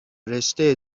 رشته